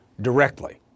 directly